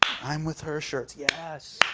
i'm with her shirts. yes!